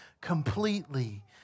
completely